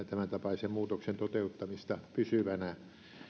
tämäntapaisen muutoksen toteuttamista pysyvänä